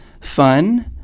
fun